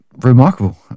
remarkable